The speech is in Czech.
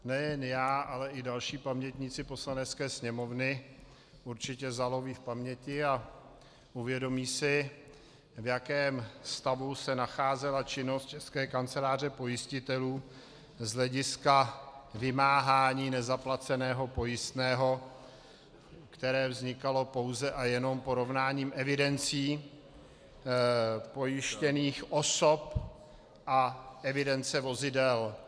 Nejen já, ale i další pamětníci Poslanecké sněmovny určitě zaloví v paměti a uvědomí si, v jakém stavu se nacházela činnost České kanceláře pojistitelů z hlediska vymáhání nezaplaceného pojistného, které vznikalo pouze a jenom porovnáním evidencí pojištěných osob a evidence vozidel.